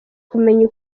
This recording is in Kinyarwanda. kumenya